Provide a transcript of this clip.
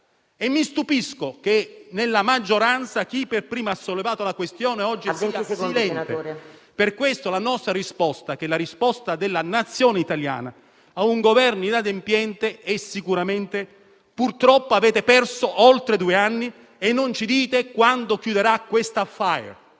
Mi stupisco che, nella maggioranza chi per primo ha sollevato la questione oggi resti silente. Per questo, la nostra risposta, che è la risposta della Nazione italiana a un Governo inadempiente, è sicuramente: purtroppo avete perso oltre due anni e non ci dite quando chiuderà questo *affaire*.